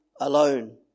alone